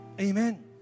Amen